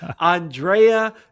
Andrea